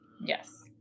Yes